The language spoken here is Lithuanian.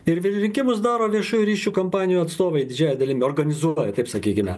ir vi rinkimus daro viešųjų ryšių kompanijų atstovai didžiąja dalimi organizuoja taip sakykime